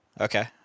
okay